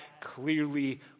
clearly